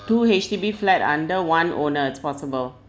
two H_D_B flat under one owner it's possible